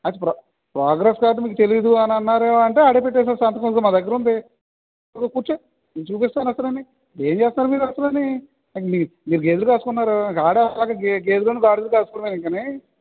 వాడు pro progress card మీకు తెలియదు అని అన్నారు అంటే వాడే పెట్టేసాడు సంతకం ఇదిగో మా దగ్గర ఉంది వచ్చి కూర్చో నేను చూపిస్తాను అసలు వాని ఏం చేస్తున్నారు మీరు అసలు వాని మీరు గేదెలు కాసుకుంటున్నారు ఇంకా వాడు అలాగే గే గేదెలును గాడిదలు కాసుకోవడమే ఇంకనీ